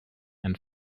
and